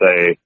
say